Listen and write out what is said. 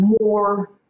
more